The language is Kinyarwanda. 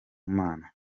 mana